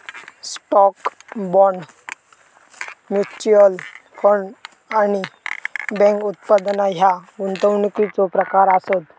stock, bond, mutual fund आणि bank उत्पादना ह्या गुंतवणुकीचो प्रकार आसत